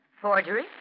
Forgery